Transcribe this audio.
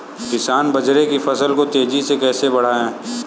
किसान बाजरे की फसल को तेजी से कैसे बढ़ाएँ?